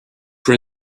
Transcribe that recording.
for